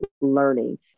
learning